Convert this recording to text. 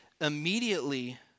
immediately